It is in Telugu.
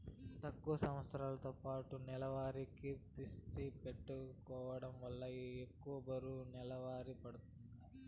తక్కువ సంవస్తరాలపాటు నెలవారీ కిస్తుల్ని పెట్టుకోవడం వల్ల ఎక్కువ బరువు నెలవారీ పడతాంది